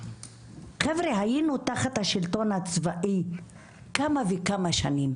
חבר'ה היינו תחת השלטון הצבאי כמה וכמה שנים,